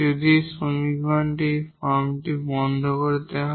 যদি এই সমীকরণটি এই ফর্মটি বন্ধ করে দেওয়া হয়